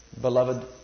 Beloved